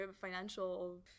financial